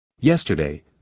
Yesterday